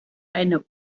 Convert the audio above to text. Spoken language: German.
eine